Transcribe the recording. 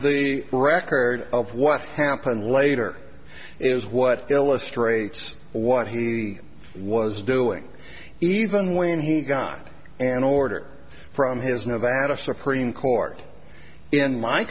the record of what happened later is what illustrates what he was doing even when he got an order from his nevada supreme court in my